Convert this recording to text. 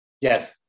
Yes